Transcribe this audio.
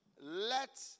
let